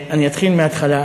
אני אתחיל מההתחלה.